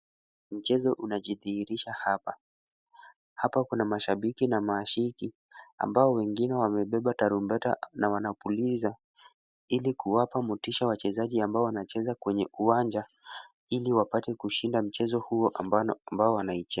Mchezo unajidhihirisha hapa. Hapa kuna mashabiki na maashiki ambao wengine wamebeba tarumbeta na wanapuliza ili kuwapa motisha wachezaji ambao wanacheza kwenye uwanja ili wapate kushinda mchezo huo ambao wanaicheza.